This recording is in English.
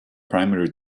primary